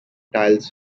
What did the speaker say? tiles